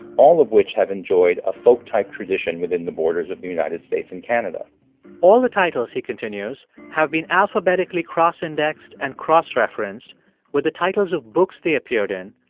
all of which have enjoyed a folk-type tradition within the borders of the united states and canada all the titles, he continues, have been alphabetically cross-indexed and cross-referenced with the titles of books they appeared in,